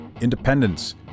independence